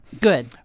Good